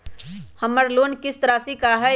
हमर लोन किस्त राशि का हई?